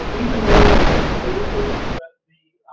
even though the labor that the